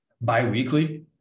bi-weekly